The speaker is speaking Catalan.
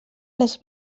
les